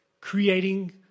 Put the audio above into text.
creating